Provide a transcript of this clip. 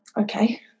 okay